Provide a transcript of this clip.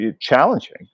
challenging